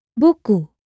Buku